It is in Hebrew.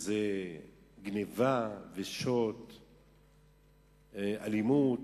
שזה גנבה ושוד, אלימות,